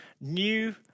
New